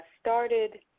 started